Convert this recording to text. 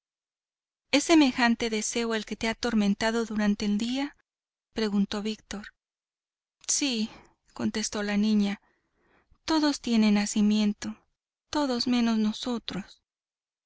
es semejante deseo el que te ha atormentado durante el día preguntó víctor sí contestó la niña todos tienen nacimiento todos menos nosotros